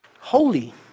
Holy